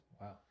wow